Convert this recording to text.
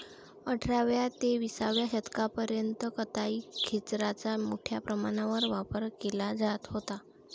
अठराव्या ते विसाव्या शतकापर्यंत कताई खेचराचा मोठ्या प्रमाणावर वापर केला जात होता